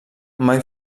mai